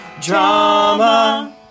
Drama